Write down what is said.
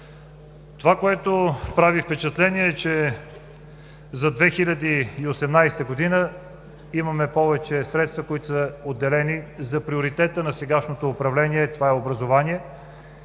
Това, което прави впечатление, е, че за 2018 г. имаме повече средства, които са отделени за приоритета на сегашното управление – това е образование.